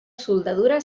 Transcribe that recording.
soldadura